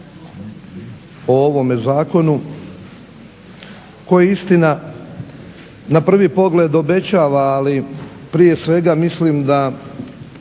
o ovome zakonu koji istina na prvi pogled obećava, ali prije svega mislim da